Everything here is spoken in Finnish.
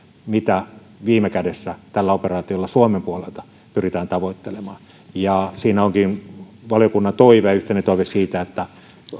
mitä viime kädessä tällä operaatiolla suomen puolelta pyritään tavoittelemaan siinä onkin valiokunnan yhteinen toive siitä että